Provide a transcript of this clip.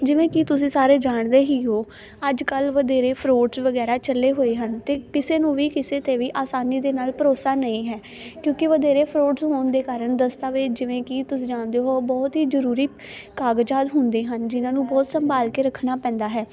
ਜਿਵੇਂ ਕਿ ਤੁਸੀਂ ਸਾਰੇ ਜਾਣਦੇ ਹੀ ਹੋ ਅੱਜ ਕੱਲ੍ਹ ਵਧੇਰੇ ਫਰੋਡ ਵਗੈਰਾ ਚੱਲੇ ਹੋਏ ਹਨ ਅਤੇ ਕਿਸੇ ਨੂੰ ਵੀ ਕਿਸੇ 'ਤੇ ਵੀ ਆਸਾਨੀ ਦੇ ਨਾਲ ਭਰੋਸਾ ਨਹੀਂ ਹੈ ਕਿਉਂਕਿ ਵਧੇਰੇ ਫਰੋਡਸ ਹੋਣ ਦੇ ਕਾਰਨ ਦਸਤਾਵੇਜ਼ ਜਿਵੇਂ ਕਿ ਤੁਸੀਂ ਜਾਣਦੇ ਹੋ ਬਹੁਤ ਹੀ ਜ਼ਰੂਰੀ ਕਾਗਜ਼ਾਦ ਹੁੰਦੇ ਹਨ ਜਿਨ੍ਹਾਂ ਨੂੰ ਬਹੁਤ ਸੰਭਾਲ ਕੇ ਰੱਖਣਾ ਪੈਂਦਾ ਹੈ